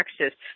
Texas